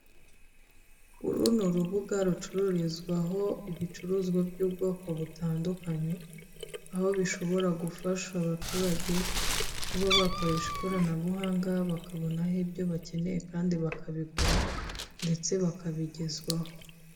Uri ni urubuga ricururizwaho ibicuruzwa by'ubwoko butandukanye, aho bishobora gufasha abaturage kuba bakoresha ikoranabuhanga, bakabonaho ibyo bakeneye kandi bakabigura, ndetse bakabigezwaho.